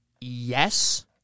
yes